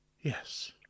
Yes